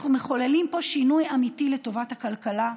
אנחנו מחוללים פה שינוי אמיתי לטובת הכלכלה,